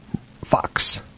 Fox